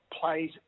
plays